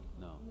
No